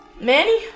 Manny